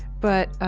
but